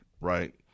right